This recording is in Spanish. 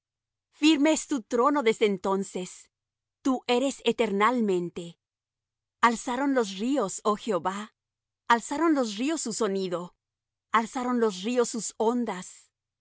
es tu trono desde entonces tú eres eternalmente alzaron los ríos oh jehová alzaron los ríos su sonido alzaron los ríos sus ondas